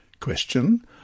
Question